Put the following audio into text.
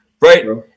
right